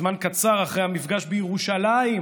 זמן קצר אחרי המפגש בירושלים,